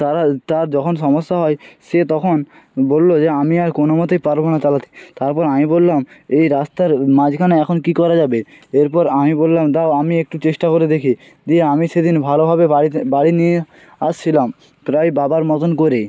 তারা তার যখন সমস্যা হয় সে তখন বললো যে আমি আর কোনো মতেই পারবো না চালাতে তারপর আমি বললাম এই রাস্তার মাঝখানে এখন কী করা যাবে এরপর আমি বললাম দাও আমি একটু চেষ্টা করে দেখি দিয়ে আমি সেদিন ভালোভাবে বাড়িতে বাড়ি নিয়ে আসছিলাম প্রায় বাবার মতন করেই